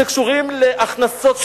שקשורים להכנסות,